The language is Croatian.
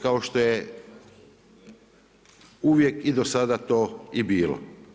Kao što je uvijek i do sada to i bilo.